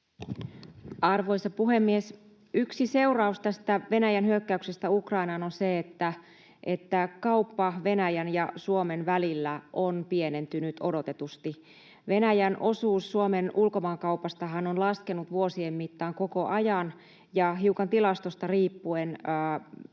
Arvoisa puhemies! Yksi seuraus tästä Venäjän hyökkäyksestä Ukrainaan on se, että kauppa Venäjän ja Suomen välillä on pienentynyt odotetusti. Venäjän osuus Suomen ulkomaankaupastahan on laskenut vuosien mittaan koko ajan, ja hiukan tilastosta riippuen sen